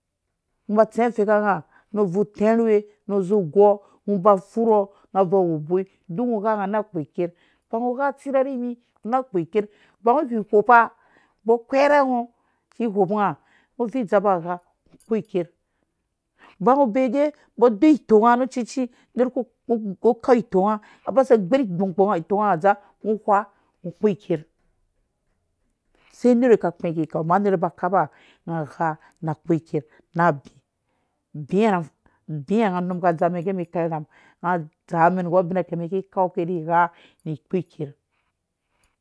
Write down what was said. Ngɔ ba tsɛɛ afeka nga nu buu tɛrhuwe nu zi gɔɔ ngɔ ba furho. nga buwu uboi duk ngɔ gha nga na kpo iker ba ngɔ whihɔpa mbɔ kweerhe ngɔ whihɔpu nga ngɔ vii dzapa gha kpo iker ba ngɔ bee gɛ mbɔ do itonga nu cuci. kau ibonga nga zi gbɛr igbong tonga ha dzaa ngɔ wha nu kpo iker sei nerh wi ka kpɛ ki kau amma nerhwi ba kapa nga ghaa. na kpo iker na abi bi ha uga num ka ddzaa mɛn nggu abine kirke mɛn ki kau ke ni gha ni kpo iker